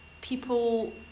people